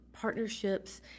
Partnerships